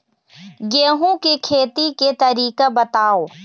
गेहूं के खेती के तरीका बताव?